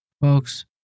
Folks